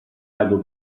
lago